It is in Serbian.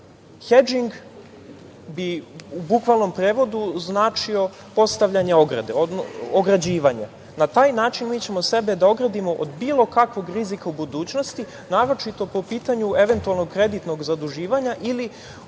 rizika. Hedžing bi u bukvalnom prevodu značio postavljanje ograde, odnosno ograđivanje. Na taj način mi ćemo sebe da ogradimo od bilo kakvog rizika u budućnosti, naročito po pitanju eventualnog kreditnog zaduživanja ili